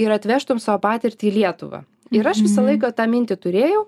ir atvežtum savo patirtį į lietuvą ir aš visą laiką tą mintį turėjau